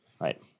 right